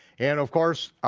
and of course,